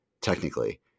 technically